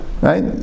right